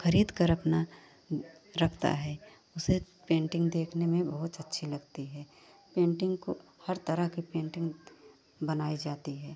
ख़रीदकर अपना रखता है उसे पेटिंग देखने में बहुत अच्छी लगती हैं पेंटिंग को हर हर तरह की पेंटिंग बना जाती है